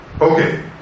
Okay